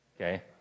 Okay